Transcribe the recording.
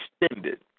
extended